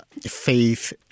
faith